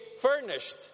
furnished